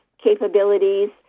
capabilities